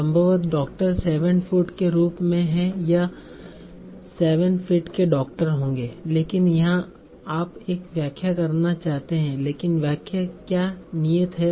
संभवतः doctor 7 foot के रूप में हैं या 7 फीट के डॉक्टर होंगे लेकिन यहा आप एक व्याख्या करना चाहते हैं लेकिन वाक्य से क्या निहित है